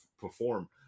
perform